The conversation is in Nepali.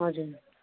हजुर